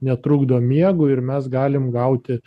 netrukdo miegui ir mes galim gauti